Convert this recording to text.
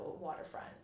waterfront